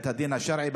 בית הדין השרעי,